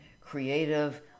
creative